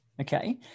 okay